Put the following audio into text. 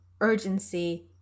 urgency